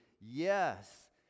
yes